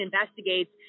investigates